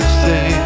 say